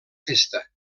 festa